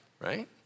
right